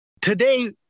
today